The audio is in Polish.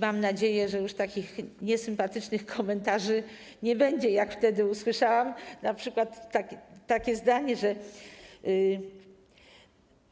Mam nadzieję, że już takich niesympatycznych komentarzy nie będzie jak te, które wtedy usłyszałam, np. takiego zdania: